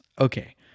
okay